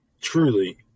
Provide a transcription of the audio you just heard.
truly